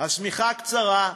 השמיכה קצרה,